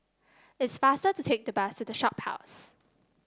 it's faster to take the bus to The Shophouse